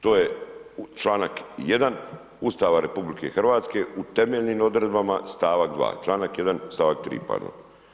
To je članak 1. Ustava RH u temeljnim odredbama stavak 2., članak 1. stavak 3. pardon.